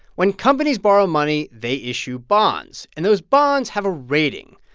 when companies borrow money, they issue bonds, and those bonds have a rating.